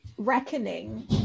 reckoning